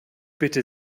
bitte